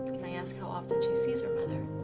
can i ask how often she sees her mother?